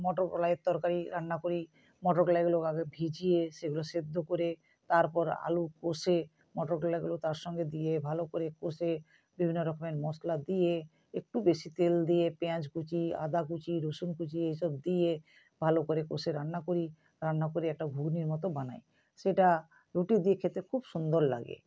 মটর কলাইয়ের তরকারি রান্না করি মটর কলাইগুলোকে আগে ভিজিয়ে সেগুলো সিদ্ধ করে তারপর আলু কষে মটর কলাইগুলো তার সঙ্গে দিয়ে ভালো করে কষে বিভিন্ন রকমের মশলা দিয়ে একটু বেশি তেল দিয়ে পেঁয়াজ কুচি আদা কুচি রসুন কুচি এইসব দিয়ে ভালো করে কষে রান্না করি রান্না করে একটা ঘুগনির মতো বানাই সেটা রুটি দিয়ে খেতে খুব সুন্দর লাগে